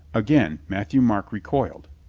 again matthieu-marc recoiled.